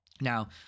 Now